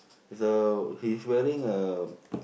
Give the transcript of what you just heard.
though he's wearing a